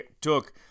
took